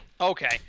Okay